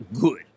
good